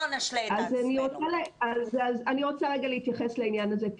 אני רוצה רגע להתייחס לעניין הזה.